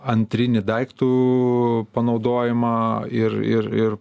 antrinį daiktų panaudojimą ir ir ir